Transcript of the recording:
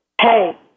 hey